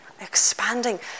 expanding